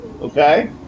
Okay